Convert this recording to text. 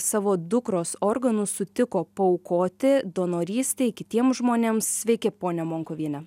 savo dukros organus sutiko paaukoti donorystei kitiems žmonėms sveiki ponia monkuviene